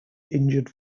injured